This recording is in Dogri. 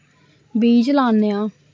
बीऽ लाने आं